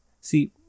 See